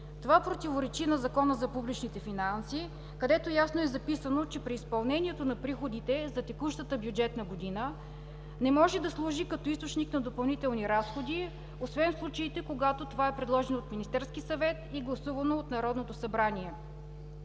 Това противоречи на Закона за публичните финанси, където ясно е записано, че при изпълнението на приходите за текущата бюджетна година не може да служи като източник на допълнителни разходи, освен в случаите когато това е предложено от Министерския съвет и гласувано от Народното събрание.